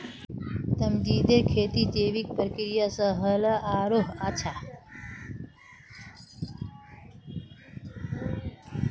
तमरींदेर खेती जैविक प्रक्रिया स ह ल आरोह अच्छा